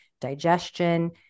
digestion